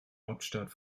hauptstadt